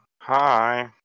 Hi